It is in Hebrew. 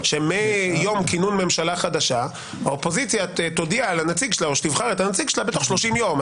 שמיום כינון ממשלה חדשה האופוזיציה תבחר את הנציג שלה בתוך 30 יום.